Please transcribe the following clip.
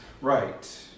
right